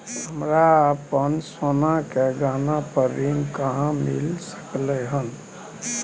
हमरा अपन सोना के गहना पर ऋण कहाॅं मिल सकलय हन?